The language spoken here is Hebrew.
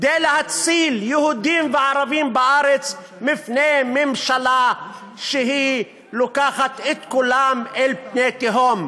כדי להציל יהודים וערבים בארץ מפני ממשלה שלוקחת את כולם אל פני תהום.